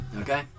Okay